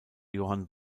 johan